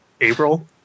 April